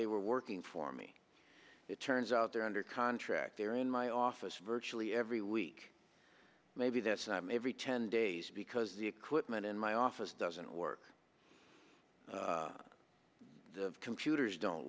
they were working for me it turns out they're under contract they're in my office virtually every week maybe that's not me every ten days because the equipment in my office doesn't work the computers don't